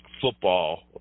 football